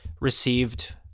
received